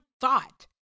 thought